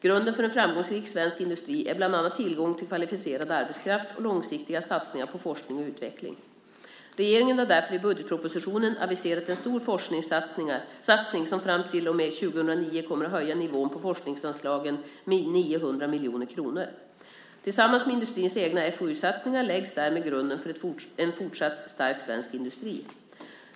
Grunden för en framgångsrik svensk industri är bland annat tillgång till kvalificerad arbetskraft och långsiktiga satsningar på forskning och utveckling. Regeringen har därför i budgetpropositionen aviserat en stor forskningssatsning som fram till och med 2009 kommer att höja nivån på forskningsanslagen med 900 miljoner kronor. Tillsammans med industrins egna FoU-satsningar läggs därmed grunden för en fortsatt stark svensk industri.